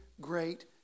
great